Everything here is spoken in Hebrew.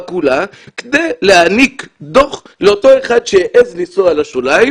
כולה כדי להעניק דוח לאותו אחד שהעז לנסוע על השוליים,